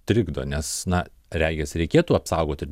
trikdo nes na regis reikėtų apsaugoti ir